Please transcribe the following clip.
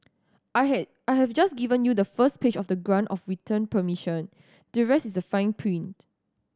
I had I have just given you the first page of the grant of return permission the rest is the fine print